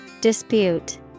Dispute